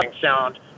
sound